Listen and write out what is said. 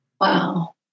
Wow